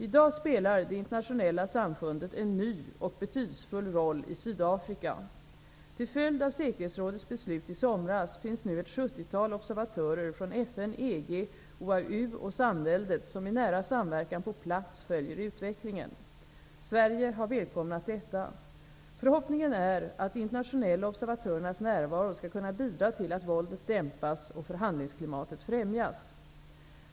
I dag spelar det internationella samfundet en ny och betydelsefull roll i Sydafrika. Till följd av Säkerhetsrådets beslut i somras finns nu ett sjuttiotal observatörer från FN, EG, OAU och samväldet som i nära samverkan på plats följer utvecklingen. Sverige har välkomnat detta. Förhoppningen är att de internationella observatörernas närvaro skall kunna bidra till att våldet dämpas och förhandlingsklimatet främjas.